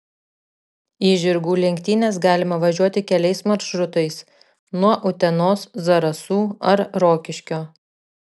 į žirgų lenktynes galima važiuoti keliais maršrutais nuo utenos zarasų ar rokiškio